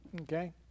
Okay